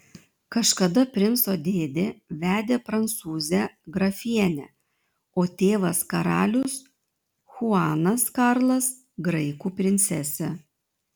kažkada princo dėdė vedė prancūzę grafienę o tėvas karalius chuanas karlas graikų princesę